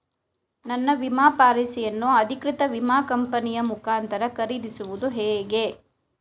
ನನ್ನ ವಿಮಾ ಪಾಲಿಸಿಯನ್ನು ಅಧಿಕೃತ ವಿಮಾ ಕಂಪನಿಯ ಮುಖಾಂತರ ಖರೀದಿಸುವುದು ಹೇಗೆ?